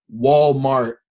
Walmart